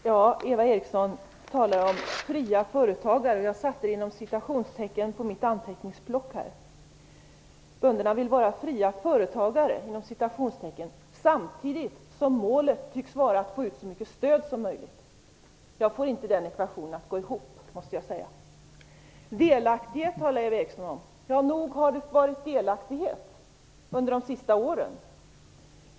Herr talman! Eva Eriksson talar om fria företagare. Jag satte detta inom citationstecken i mitt anteckningsblock här. Bönderna vill vara fria företagare, inom citationstecken, samtidigt som målet tycks vara att få ut så mycket stöd som möjligt. Jag får inte denna ekvation att gå ihop, måste jag säga. Delaktighet talar Eva Eriksson om. Ja, nog har det varit delaktighet under de senaste åren.